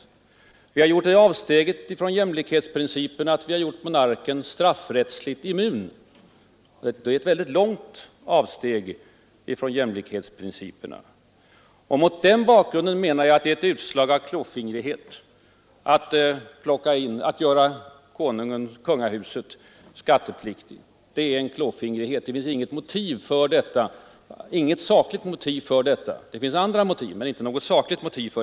Vi har också gjort det avsteget från jämlikhetsprincipen att vi har gjort monarken straffrättsligt immun. Det är ett mycket långt avsteg från jämlikhetsprincipen. Mot den bakgrunden menar jag att det är ett utslag av klåfingrighet att nu göra kungahuset skattepliktigt. Det finns inga sakliga motiv för detta; det kan finnas andra motiv.